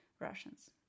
Russians